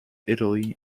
italy